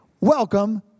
Welcome